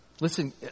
Listen